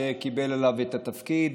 שקיבל עליו את התפקיד.